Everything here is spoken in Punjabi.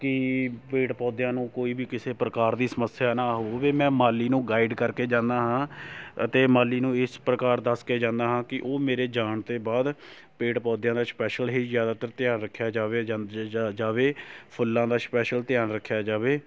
ਕਿ ਪੇੜ ਪੌਦਿਆਂ ਨੂੰ ਕੋਈ ਵੀ ਕਿਸੇ ਪ੍ਰਕਾਰ ਦੀ ਸਮੱਸਿਆ ਨਾ ਹੋਵੇ ਮੈਂ ਮਾਲੀ ਨੂੰ ਗਾਈਡ ਕਰਕੇ ਜਾਂਦਾ ਹਾਂ ਅਤੇ ਮਾਲੀ ਨੂੰ ਇਸ ਪ੍ਰਕਾਰ ਦੱਸ ਕੇ ਜਾਂਦਾ ਹਾਂ ਕਿ ਉਹ ਮੇਰੇ ਜਾਣ ਤੋਂ ਬਾਅਦ ਪੇੜ ਪੌਦਿਆਂ ਦਾ ਸਪੈਸ਼ਲ ਹੀ ਜ਼ਿਆਦਾਤਰ ਧਿਆਨ ਰੱਖਿਆ ਜਾਵੇ ਜਾਵੇ ਫੁੱਲਾਂ ਦਾ ਸਪੈਸ਼ਲ ਧਿਆਨ ਰੱਖਿਆ ਜਾਵੇ